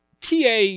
TA